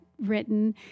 written